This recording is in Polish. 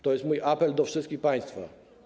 To jest mój apel do wszystkich państwa.